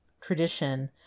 tradition